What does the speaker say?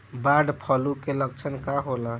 Bird flu के लक्षण का होला?